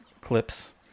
clips